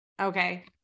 Okay